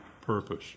purpose